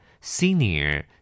Senior